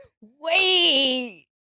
Wait